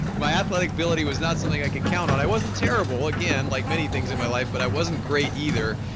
my athletic ability was not something i could count on. i wasn't terrible again like many things in my life but i wasn't great either.